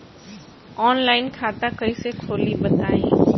Online खाता कइसे खोली बताई?